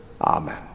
Amen